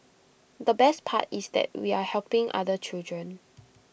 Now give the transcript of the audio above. the best part is that we are helping other children